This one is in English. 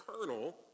kernel